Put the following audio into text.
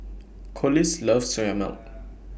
Collis loves Soya Milk